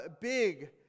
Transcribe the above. big